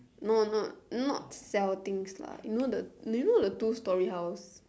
no not not sell things lah not the you know the do you know the two storey house